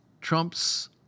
Trump's